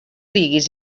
diguis